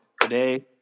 today